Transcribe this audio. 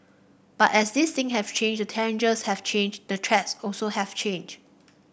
but as these thing have changed the challenges have changed the threats also have changed